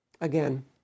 again